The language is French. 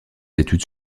études